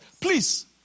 please